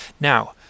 Now